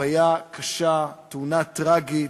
חוויה קשה, תאונה טרגית,